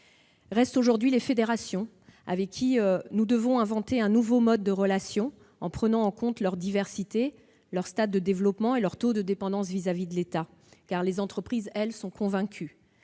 Restent les fédérations, avec lesquelles nous devons inventer un nouveau mode de relation, en prenant en compte leur diversité, leur stade de développement et leur taux de dépendance à l'égard de l'État, les entreprises étant, elles, convaincues.